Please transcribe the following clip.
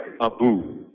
Abu